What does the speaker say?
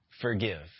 forgive